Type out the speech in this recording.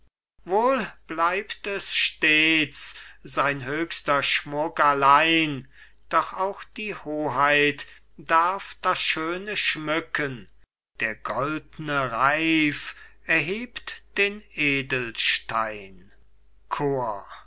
wohl bleibt es stets sein höchster schmuck allein doch auch die hoheit darf das schöne schmücken der goldne reif erhebt den edelstein chor